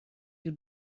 you